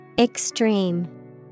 Extreme